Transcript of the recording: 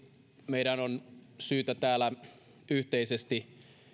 meidän on syytä täällä yhteisesti